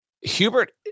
Hubert